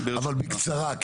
אבל בקצרה,